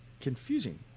confusing